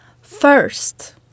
first